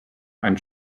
einen